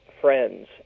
friends